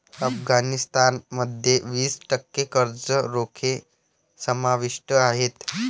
अफगाणिस्तान मध्ये वीस टक्के कर्ज रोखे समाविष्ट आहेत